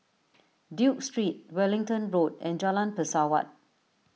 Duke Street Wellington Road and Jalan Pesawat